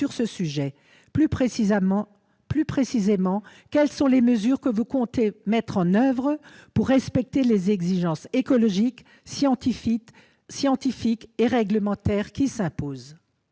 Plus précisément, quelles sont les mesures que vous comptez mettre en oeuvre pour respecter les exigences écologiques, scientifiques et réglementaires qui s'imposent ?